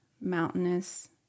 mountainous